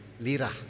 lira